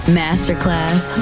masterclass